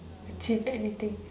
cheated anything